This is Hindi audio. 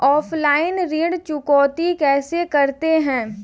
ऑफलाइन ऋण चुकौती कैसे करते हैं?